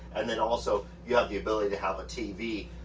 and then also you have the ability to have a tv.